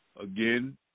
Again